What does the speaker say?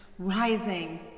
rising